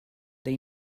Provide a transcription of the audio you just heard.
they